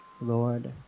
Lord